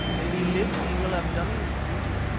if he lives he will have done his duty.